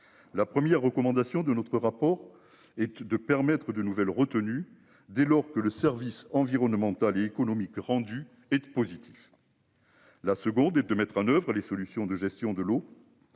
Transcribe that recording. La première recommandation de notre rapport et de permettre de nouvelles retenues dès lors que le service environnemental et économique rendu et de positif. La seconde est de mettre en oeuvre les solutions de gestion de l'eau.